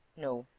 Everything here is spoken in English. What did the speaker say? no,